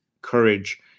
courage